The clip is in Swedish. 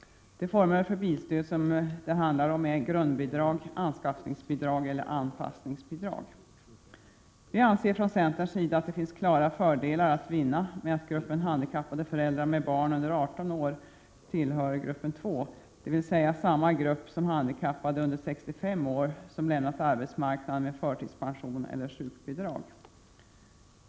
De former för bilstöd det handlar om är grundbidrag, anskaffningsbidrag eller anpassningsbidrag. Vi anser från centerns sida att det finns klara fördelar att vinna med att låta gruppen handikappade föräldrar med barn under 18 år tillhöra gruppen 2, dvs. samma grupp som handikappade under 65 år som lämnat arbetsmarknaden med förtidspension eller sjukbidrag.